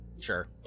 sure